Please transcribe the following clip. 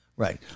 Right